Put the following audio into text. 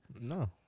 No